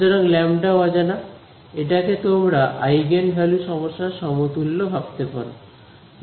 সুতরাং λ ও অজানা এটা কে তোমরা আইগেন ভ্যালু সমস্যার সমতুল্য ভাবতে পারো